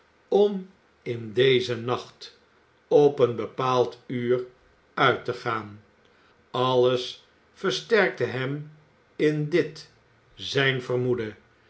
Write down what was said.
om in dezen nacht op een bepaald uur uit te gaan alles versterkte hem in dit zijn vermoeden